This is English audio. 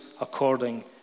according